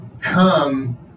come